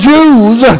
Jews